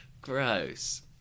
gross